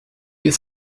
you